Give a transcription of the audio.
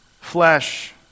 flesh